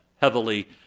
heavily